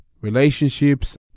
relationships